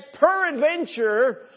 peradventure